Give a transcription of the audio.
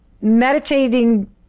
Meditating